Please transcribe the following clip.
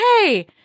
hey